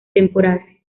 temporal